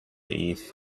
east